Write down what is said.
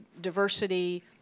diversity